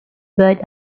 bird